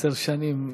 עשר שנים.